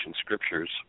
scriptures